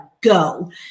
go